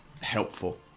helpful